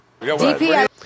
DP